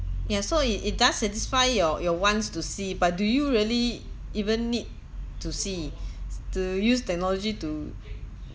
ya so it it does satisfy your your wants to see but do you really even need to see to use technology to